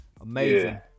amazing